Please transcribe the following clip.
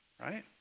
right